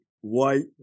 white